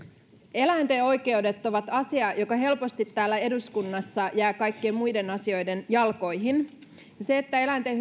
eläinten oikeudet ovat asia joka helposti täällä eduskunnassa jää kaikkien muiden asioiden jalkoihin se että eläinten